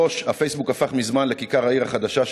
3. הפייסבוק הפך מזמן לכיכר העיר החדשה,